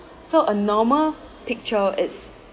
so a normal picture is